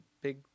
big